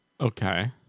Okay